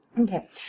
Okay